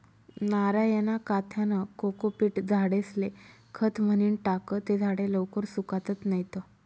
नारयना काथ्यानं कोकोपीट झाडेस्ले खत म्हनीन टाकं ते झाडे लवकर सुकातत नैत